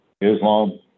Islam